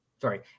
sorry